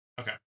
Okay